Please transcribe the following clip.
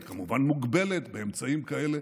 היא כמובן מוגבלת באמצעים כאלה,